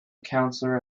counselor